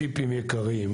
ג'יפים יקרים,